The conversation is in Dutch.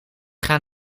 gaan